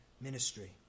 ministry